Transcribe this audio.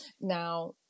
now